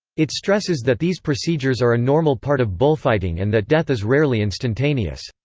it stresses that these procedures are a normal part of bullfighting and that death is rarely instantaneous.